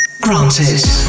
granted